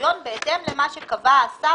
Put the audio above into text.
דירקטוריון בהתאם למה שקבע השר,